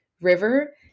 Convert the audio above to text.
river